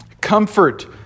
Comfort